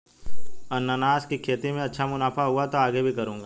अनन्नास की खेती में अच्छा मुनाफा हुआ तो आगे भी करूंगा